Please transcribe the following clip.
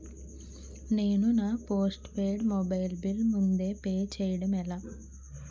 నేను నా postpaid mobile bill ముందే పే చేయడం ఎలా?